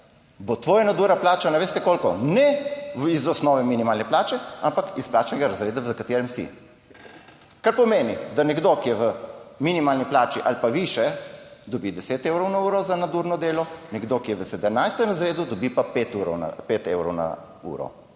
bo tvoja nadura plačana - veste, koliko? - ne iz osnove minimalne plače, ampak iz plačnega razreda, v katerem si. Kar pomeni, da nekdo, ki je v minimalni plači ali pa višje, dobi 10 evrov na uro za nadurno delo, nekdo, ki je v 17. razredu, dobi pa 5 evrov na uro.